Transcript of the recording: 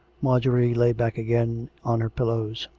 marjorie lay back again on her pillows.